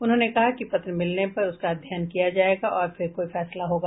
उन्होंने कहा कि पत्र मिलने पर उसका अध्ययन किया जायेगा और फिर कोई फैसला होगा